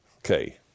Okay